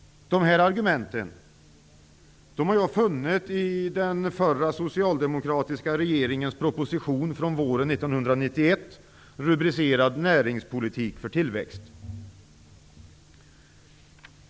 Dessa argument har jag funnit i den förra socialdemokratiska regeringens proposition från våren 1991 med rubriken Näringspolitik för tillväxt.